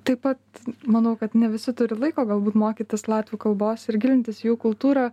taip pat manau kad ne visi turi laiko galbūt mokytis latvių kalbos ir gilintis į jų kultūrą